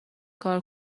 کار